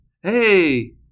hey